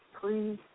please